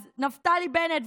אז נפתלי בנט,